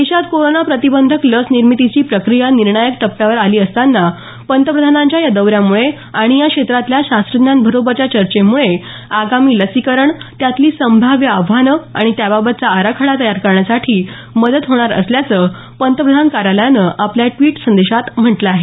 देशात कोरोना प्रतिबंधक लस निर्मितीची प्रक्रिया निर्णायक टप्प्यावर आली असताना पंतप्रधानांच्या या दौऱ्यामुळे आणि या क्षेत्रातल्या शास्त्रज्ञांबरोबरच्या चर्चेमुळे आगामी लसीकरण त्यातली संभाव्य आव्हानं आणि त्याबाबतचा आराखडा तयार करण्यासाठी मदत होणार असल्याचं पंतप्रधान कार्यालयानं आपल्या द्वीटर संदेशात म्हटलं आहे